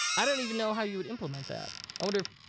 i don't even know how you would implement that. i wonder if,